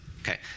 Okay